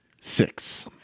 Six